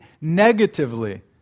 negatively